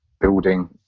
building